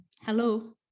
hello